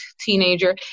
teenager